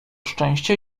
szczęścia